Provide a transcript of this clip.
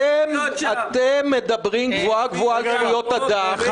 אתם מדברים גבוהה גבוהה על זכויות אדם.